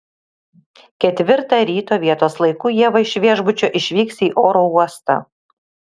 ketvirtą ryto vietos laiku ieva iš viešbučio išvyks į oro uostą